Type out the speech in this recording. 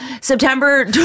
September